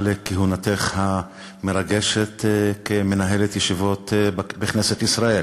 על כהונתך המרגשת כמנהלת ישיבות בכנסת ישראל?